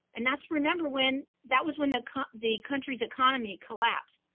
and that's remember when, that was when the the country's economy collapsed.